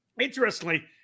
interestingly